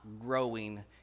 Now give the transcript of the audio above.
growing